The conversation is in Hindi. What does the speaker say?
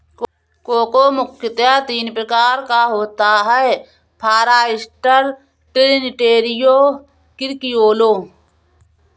कोको मुख्यतः तीन प्रकार का होता है फारास्टर, ट्रिनिटेरियो, क्रिओलो